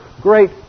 great